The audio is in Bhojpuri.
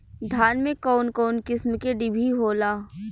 धान में कउन कउन किस्म के डिभी होला?